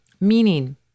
Meaning